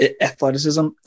Athleticism